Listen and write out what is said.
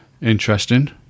Interesting